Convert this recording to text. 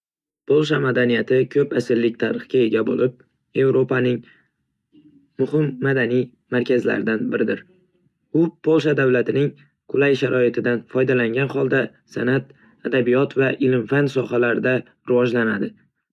Polsha madaniyati ko'p asrlik tarixga ega bo'lib, Yevropaning muhim madaniy markazlaridan biridir. U Polsha davlatining qulay sharoitidan foydalangan holda, san'at, adabiyot va ilm-fan sohalarida rivojlanadi.